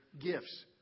gifts